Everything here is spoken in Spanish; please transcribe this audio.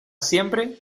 siempre